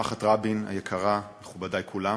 משפחת רבין היקרה, מכובדי כולם,